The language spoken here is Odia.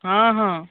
ହଁ ହଁ